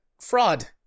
fraud